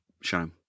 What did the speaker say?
show